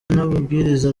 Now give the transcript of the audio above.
n’amabwiriza